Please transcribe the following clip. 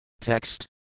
Text